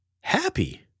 Happy